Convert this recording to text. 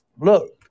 look